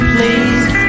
Please